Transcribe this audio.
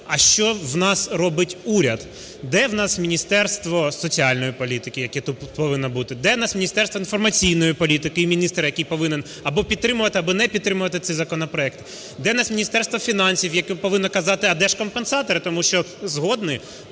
а що в нас робить уряд. Де в нас Міністерство соціальної політики, яке тут повинно бути? Де в нас Міністерство інформаційної політики і міністр, який повинен або підтримувати, або не підтримувати цей законопроект? Де в нас Міністерство фінансів, яке повинно казати: а де ж компенсатори. Тому що згодний,